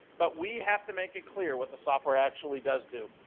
but we have to make it clear what the software actually does do.